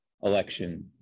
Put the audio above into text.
election